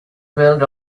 build